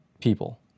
people